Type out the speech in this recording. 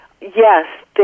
yes